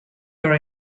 your